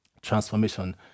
transformation